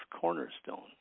cornerstone